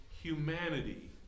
humanity